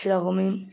সেরকমই